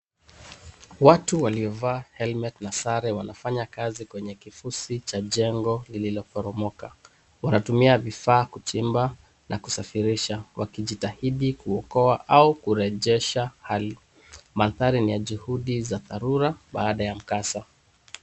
Watu waliovaa helmet na sare wanafanya kazi kwenye kifusi cha jengo lililoporomoka. Wanatumia vifaa kuchimba na kusafirisha wakihitahidi kuokoa au kurejesha hali. Mandhari ni ya juhudi za dharura baada ya mkasa.